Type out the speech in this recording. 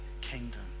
kingdom